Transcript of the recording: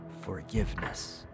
forgiveness